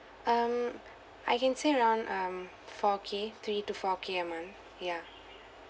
um I can say around um four K three to four K a month ya